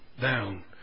down